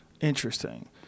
Interesting